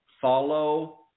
follow